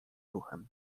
ruchem